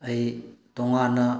ꯑꯩ ꯇꯣꯉꯥꯟꯅ